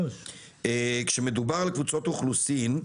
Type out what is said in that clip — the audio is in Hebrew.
כשמדובר על קבוצות אוכלוסין,